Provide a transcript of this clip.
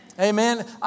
Amen